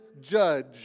judge